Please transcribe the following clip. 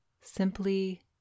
simply